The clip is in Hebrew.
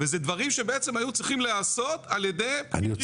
ואלה דברים שבעצם היו צריכים להיעשות על ידי רשות האוכלוסין.